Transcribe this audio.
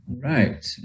Right